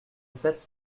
sept